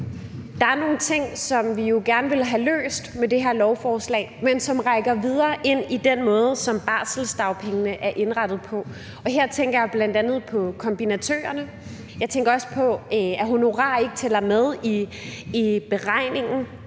Der er nogle ting, som vi jo gerne vil have løst med det her lovforslag, men som rækker videre ind i den måde, som det med barselsdagpengene er indrettet på. Her tænker jeg bl.a. på kombinatørerne. Jeg tænker også på, at honorarer ikke tæller med i beregningen.